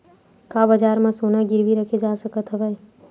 का बजार म सोना गिरवी रखे जा सकत हवय?